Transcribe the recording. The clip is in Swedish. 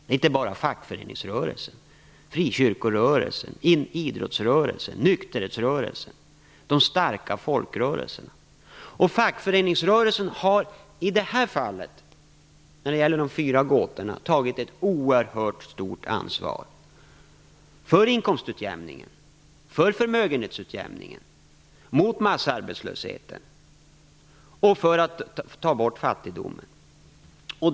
Det är inte bara fackföreningsrörelsen utan också frikyrkorörelsen, idrottsrörelsen, nykterhetsrörelsen, dvs. de starka folkrörelserna. Fackföreningsrörelsen har i detta fall, när det gäller de fyra gåtorna, tagit ett oerhört stort ansvar för inkomstutjämningen, för förmögenhetsutjämningen, mot massarbetslösheten och för att ta bort fattigdomen.